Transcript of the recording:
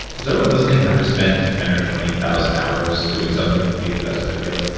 is everyone listening have to spend ten or twenty thousand hours doing something to be the best at their field?